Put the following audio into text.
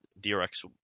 DRX